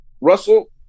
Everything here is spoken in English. Russell